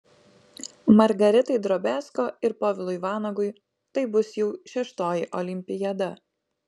margaritai drobiazko ir povilui vanagui tai bus jau šeštoji olimpiada